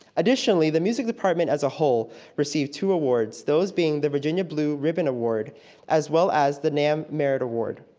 additionally, the music department as a whole received two awards, those being the virginia blue ribbon award as well as the nam merit award.